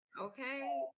Okay